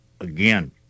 Again